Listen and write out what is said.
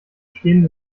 stehende